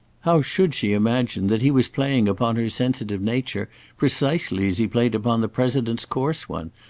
how should she imagine that he was playing upon her sensitive nature precisely as he played upon the president's coarse one,